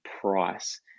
price